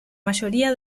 mayoría